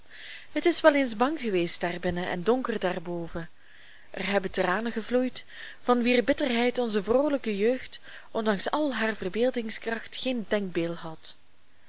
het is wel eens bang geweest daarbinnen en donker daarboven er hebben tranen gevloeid van wier bitterheid onze vroolijke jeugd ondanks al haar verbeeldingskracht geen denkbeeld had